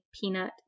peanut